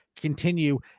continue